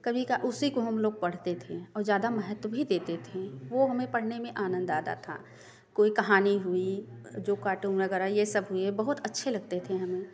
कभी का उसी को हम लोग पढ़ते थे और ज्यादा महत्व भी देते थे वो हमें पढ़ने में आनंद आता था कोई कहानी हुई जो कार्टून वगैरह ये सब हुए बहुत अच्छे लगते थे हमें